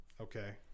Okay